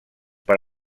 per